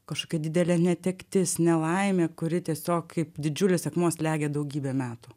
kažkokia didelė netektis nelaimė kuri tiesiog kaip didžiulis akmuo slegia daugybę metų